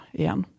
igen